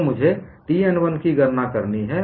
तो मुझे T n 1 की गणना करनी है